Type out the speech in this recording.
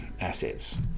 assets